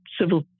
civil